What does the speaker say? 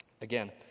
Again